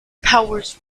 powers